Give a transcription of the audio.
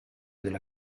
della